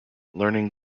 learning